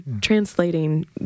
translating